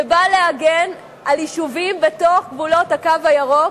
שבא להגן על יישובים בגבולות "הקו הירוק",